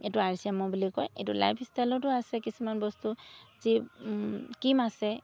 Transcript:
এইটো R C এমৰ বুলি কয় এইটো লাইফষ্টাইলতো আছে কিছুমান বস্তু যি কিম আছে